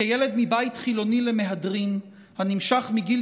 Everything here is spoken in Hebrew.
כילד מבית חילוני למהדרין הנמשך מגיל